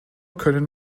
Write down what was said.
können